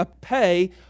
pay